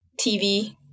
TV